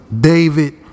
David